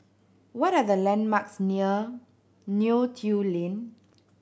what are the landmarks near Neo Tiew Lane